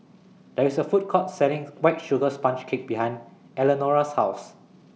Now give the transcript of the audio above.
There IS A Food Court sellings White Sugar Sponge Cake behind Eleanora's House